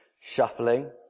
shuffling